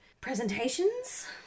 presentations